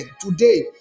today